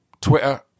twitter